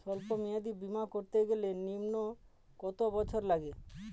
সল্প মেয়াদী বীমা করতে গেলে নিম্ন কত বছর লাগে?